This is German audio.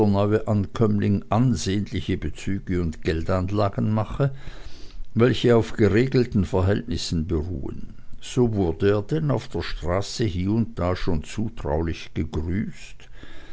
ansehnliche bezüge und geldanlagen mache welche auf geregelten verhältnissen beruhen so wurde er denn auf der straße hie und da schon zutraulich gegrüßt